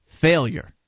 failure